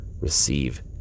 receive